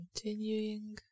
Continuing